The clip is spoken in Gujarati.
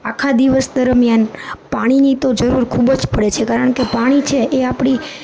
આખા દિવસ દરમિયાન પાણીની તો જરૂર ખૂબ જ પડે છે કારણકે પાણી છે એ આપણી